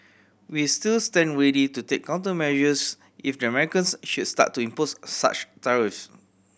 we still stand ready to take countermeasures if the Americans should start to impose such tariffs